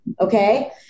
Okay